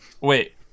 Wait